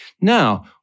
Now